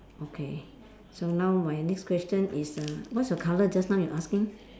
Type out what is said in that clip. okay so now my next question is err what's your colour just now you asking